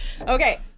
Okay